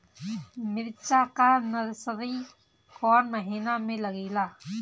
मिरचा का नर्सरी कौने महीना में लागिला?